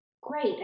great